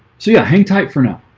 so yeah, hang tight for now